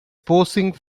posing